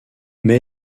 mais